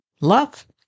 Love